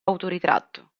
autoritratto